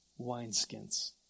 wineskins